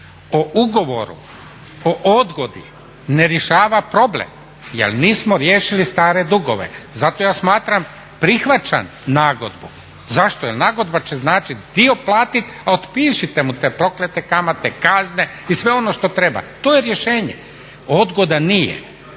o ugovoru, o odgodi ne rješava problem jer nismo riješili stare dugove. Zato ja smatram prihvaćam nagodbu. Zašto? Jel nagodba će značiti dio platit, a otpišete mu te proklete kamate, kazne i sve ono što treba. to je rješenje, odgoda nije.